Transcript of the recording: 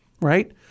right